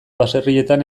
baserrietan